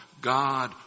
God